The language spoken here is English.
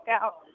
out